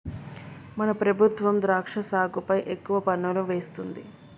మన ప్రభుత్వం ద్రాక్ష సాగుపై ఎక్కువ పన్నులు వేస్తుంది